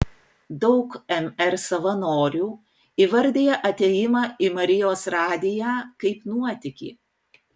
daug mr savanorių įvardija atėjimą į marijos radiją kaip nuotykį